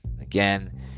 Again